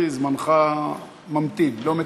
זמנך ממתין, לא מתקתק.